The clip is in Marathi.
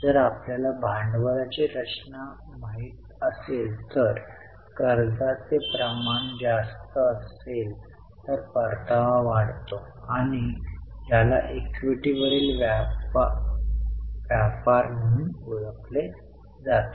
जर आपल्याला भांडवलाची रचना माहित असेल तर कर्जाचे प्रमाण जास्त असेल तर परतावा वाढतो ज्याला इक्विटीवरील व्यापार म्हणून ओळखले जाते